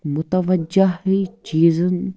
متوجہی چیٖزَن